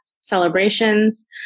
celebrations